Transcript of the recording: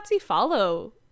follow